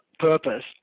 purpose